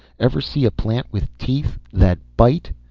ever see a plant with teeth that bite?